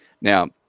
Now